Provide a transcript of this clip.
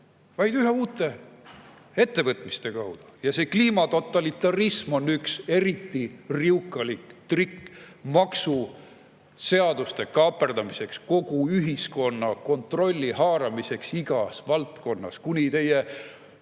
vaid üha uute ettevõtmiste kaudu. Ja see kliimatotalitarism on üks eriti riukalik trikk maksuseaduste kaaperdamiseks, kogu ühiskonna üle kontrolli haaramiseks igas valdkonnas kuni meie